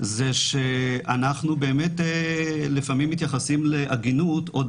זה שאנחנו באמת לפעמים מתייחסים לעגינות עוד